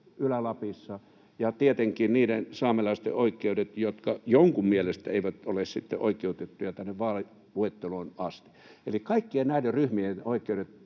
Ylä-Lapissa, ja tietenkin niiden saamelaisten oikeudet, jotka jonkun mielestä eivät ole sitten oikeutettuja tänne vaaliluetteloon asti. Eli kaikkien näiden ryhmien oikeudet